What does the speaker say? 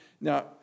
Now